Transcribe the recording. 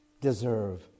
deserve